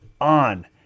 on